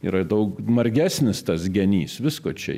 yra daug margesnis tas genys visko čia